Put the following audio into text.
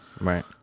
Right